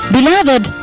Beloved